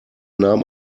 nahm